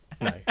No